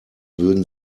würden